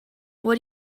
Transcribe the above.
what